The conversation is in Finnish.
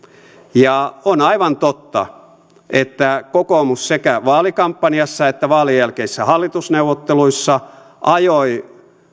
ja on aivan totta että kokoomus sekä vaalikampanjassa että vaalien jälkeisissä hallitusneuvotteluissa ajoi